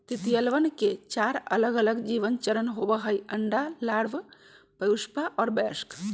तितलियवन के चार अलगअलग जीवन चरण होबा हई अंडा, लार्वा, प्यूपा और वयस्क